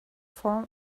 form